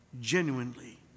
genuinely